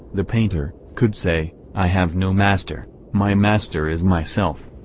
the painter, could say, i have no master my master is myself.